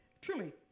Truly